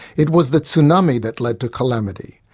it was the tsunami that led to calamity.